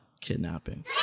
kidnapping